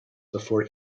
before